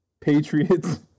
Patriots